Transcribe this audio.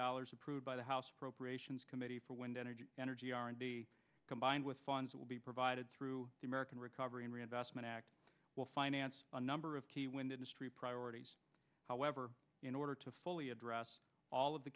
dollars approved by the house appropriations committee for wind energy energy r and b combined with funds will be provided through the american recovery and reinvestment act will finance a number of key wind industry priorities however in order to fully address all of the